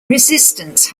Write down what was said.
resistance